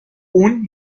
اون